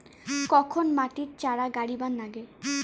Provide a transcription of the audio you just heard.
কখন মাটিত চারা গাড়িবা নাগে?